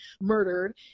murdered